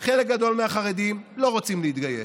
חלק גדול מהחרדים לא רוצים להתגייס.